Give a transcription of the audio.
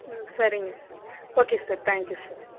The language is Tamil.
ம் சரிங்க sir okay sir thank you sir